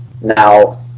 Now